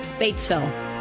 Batesville